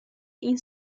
این